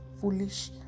foolish